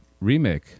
remake